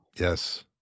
Yes